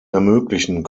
ermöglichen